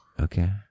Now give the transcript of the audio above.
Okay